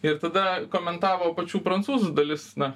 ir tada komentavo pačių prancūzų dalis na